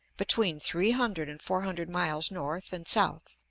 between three hundred and four hundred miles north and south.